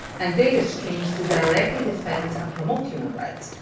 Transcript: and data streams to directly defend and promote human rights.